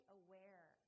aware